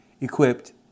equipped